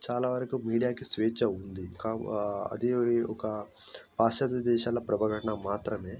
చాలావరకు మీడియాకి స్వేచ్ఛ ఉంది అది ఒక పాశ్చాత్య దేశాల ప్రపరణ మాత్రమే